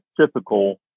typical